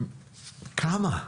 כמה?